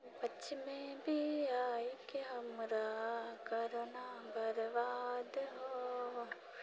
बच्चेमे बिआहिके हमरा करऽ ना बरबाद हो